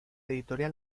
editora